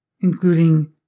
including